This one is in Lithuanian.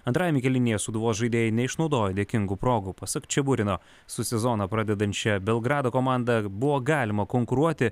antrajame kėlinyje sūduvos žaidėjai neišnaudojo dėkingų progų pasak čiaburino su sezoną pradedančia belgrado komanda buvo galima konkuruoti